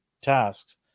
tasks